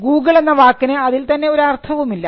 Google എന്ന വാക്കിന് അതിൽ തന്നെ ഒരു അർത്ഥവുമില്ല